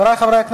סליחה,